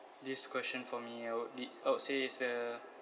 this question for me I would be I would say it's the